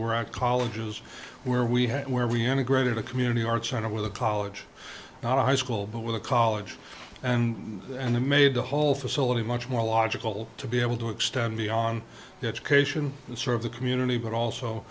were our colleges where we had where reintegrated a community arts center with a college not a high school but with a college and and it made the whole facility much more logical to be able to extend beyond the education and serve the community but also